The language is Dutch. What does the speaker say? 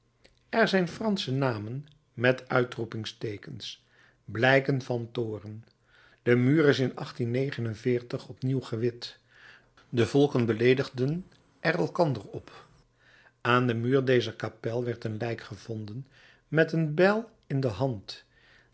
er zijn fransche namen met uitroepingsteekens blijken van toorn de muur is in opnieuw gewit de volken beleedigden er elkander op aan de deur dezer kapel werd een lijk gevonden met een bijl in de hand